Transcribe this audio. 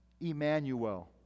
Emmanuel